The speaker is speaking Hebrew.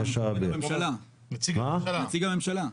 הוא נציג הממשלה.